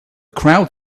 crowd